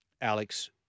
Alex